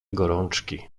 gorączki